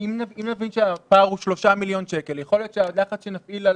אם נבין שהפער הוא 3 מיליון שקל אז יכול להיות שנפעיל לחץ על